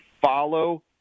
follow